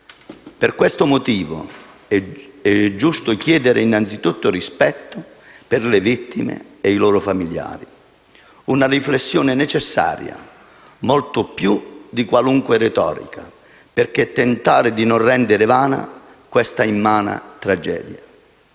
Per questo motivo, è giusto chiedere innanzitutto rispetto per le vittime e i loro familiari. Una riflessione è necessaria, molto più di qualunque retorica, per tentare di non rendere vana questa immane tragedia.